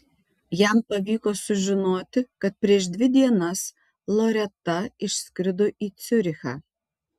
jam pavyko sužinoti kad prieš dvi dienas loreta išskrido į ciurichą